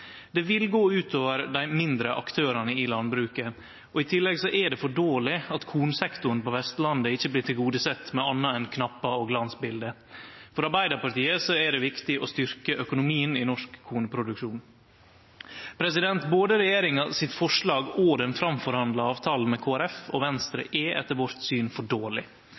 Det vil gå ut over dei mindre aktørane i landbruket, og i tillegg er det for dårleg at kornsektoren på Vestlandet ikkje blir tilgodesett med anna enn knappar og glansbilete. For Arbeidarpartiet er det viktig å styrkje økonomien i norsk kornproduksjon. Både regjeringas forslag og den framforhandla avtalen med Kristeleg Folkeparti og Venstre er, etter vårt syn, for dårleg.